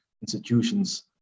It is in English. institutions